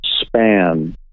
span